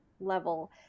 level